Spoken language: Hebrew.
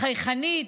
חייכנית.